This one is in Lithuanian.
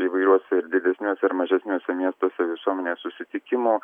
įvairiuose ir didesniuose ir mažesniuose miestuose visuomenės susitikimų